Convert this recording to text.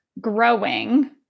growing